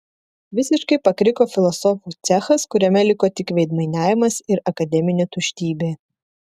visiškai pakriko filosofų cechas kuriame liko tik veidmainiavimas ir akademinė tuštybė